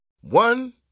One